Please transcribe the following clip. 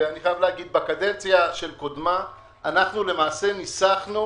ובקדנציה של קודמה ניסחנו